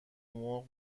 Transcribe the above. مرغ